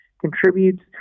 contributes